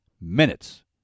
minutes